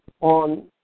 on